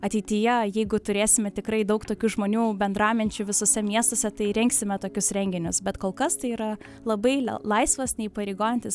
ateityje jeigu turėsime tikrai daug tokių žmonių bendraminčių visuose miestuose tai rengsime tokius renginius bet kol kas tai yra labai laisvas neįpareigojantis